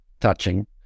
touching